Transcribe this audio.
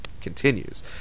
continues